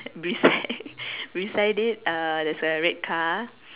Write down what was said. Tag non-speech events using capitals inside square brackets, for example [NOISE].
beside [LAUGHS] beside it uh there's a red car